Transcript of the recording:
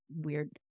weird